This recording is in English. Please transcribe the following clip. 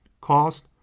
cost